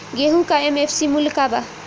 गेहू का एम.एफ.सी मूल्य का बा?